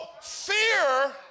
fear